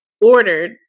ordered